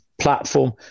platform